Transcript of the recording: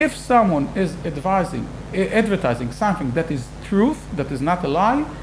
‫אם מישהו מייעץ, אה.. מפרסם משהו ‫שזה האמת, שזה לא שקר...